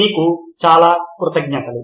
మీకు చాలా కృతజ్ఞతలు